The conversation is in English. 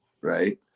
right